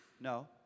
no